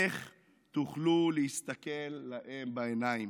איך תוכלו להסתכל להם בעיניים?